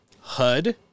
HUD